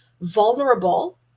vulnerable